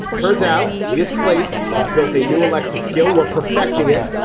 turns out we at slate have built a new alexis skill, were perfecting it.